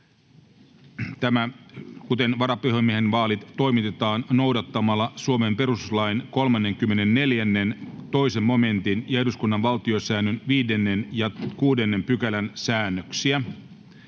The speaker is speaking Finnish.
Tämä, kuten varapuhemiestenkin vaalit, toimitetaan noudattamalla Suomen perustuslain 34 §:n 2 momentin ja eduskunnan vaalisäännön 5 ja 6 §:n säännöksiä.